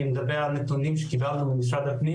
אני מדבר על נתונים שקיבלנו ממשרד הפנים